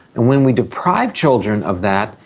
and when we deprive children of that,